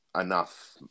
enough